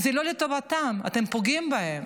זה לא לטובתם, אתם פוגעים בהם.